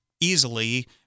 easily